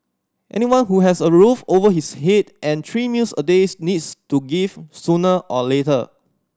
anyone who has a roof over his head and three meals a days needs to give sooner or later